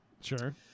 Sure